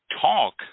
talk